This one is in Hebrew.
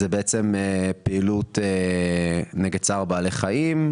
פעילות נגד צער בעלי חיים,